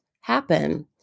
happen